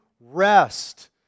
rest